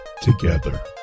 Together